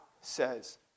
says